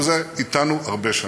אבל זה אתנו הרבה שנים.